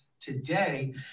today